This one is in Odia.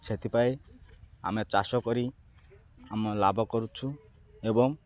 ସେଥିପାଇଁ ଆମେ ଚାଷ କରି ଆମ ଲାଭ କରୁଛୁ ଏବଂ